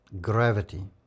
gravity